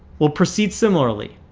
we'll proceed similarly.